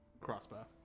crossbow